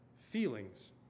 feelings